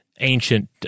ancient